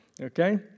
okay